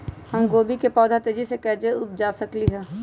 हम गोभी के पौधा तेजी से कैसे उपजा सकली ह?